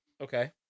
Okay